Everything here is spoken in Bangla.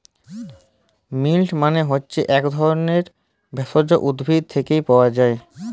মিল্ট মালে হছে যেট ইক ধরলের ভেষজ উদ্ভিদ থ্যাকে পাওয়া যায়